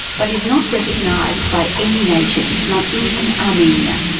but is not recognised by any nation, not even armenia.